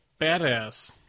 badass